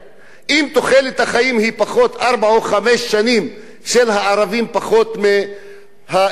אם תוחלת החיים של הערבים היא ארבע או חמש שנים פחות משל היהודים,